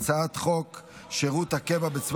אני קובע כי הצעת חוק למניעת הוצאה של כספים